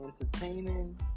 entertaining